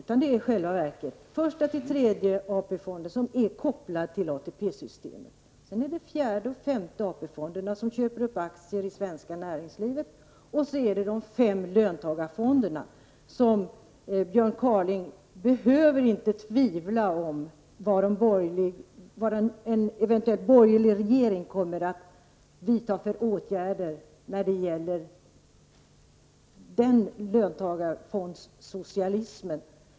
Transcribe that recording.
Det rör sig i själva verket om första till tredje AP-fonden som är kopplade till ATP-systemet, fjärde och femte AP fonden som köper upp aktier i svenska näringslivet och de fem löntagarfonderna. Björn Kaaling behöver inte tvivla på vilka åtgärder en eventuell borgerlig regering kommer att vidta när det gäller denna löntagarfondssocialism.